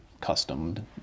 customed